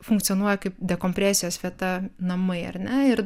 funkcionuoja kaip dekompresijos vieta namai ar ne ir